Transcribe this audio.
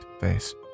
face